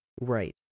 Right